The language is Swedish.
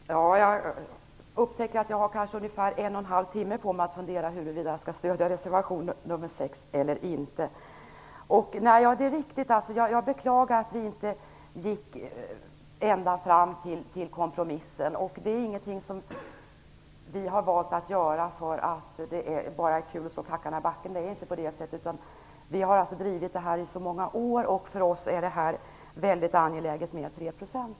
Fru talman! Jag upptäckte att jag kanske har ungefär en och en halv timme på mig att fundera på huruvida jag skall stödja reservation nr 6 eller inte. Jag beklagar att vi inte gick ända fram till kompromissen. Detta är ingenting som vi har valt att göra för att det är kul att slå klackarna i backen. Det är inte på det sättet. Vi har drivit detta i så många år, och för oss är det mycket angeläget med 3 %.